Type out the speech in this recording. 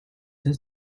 his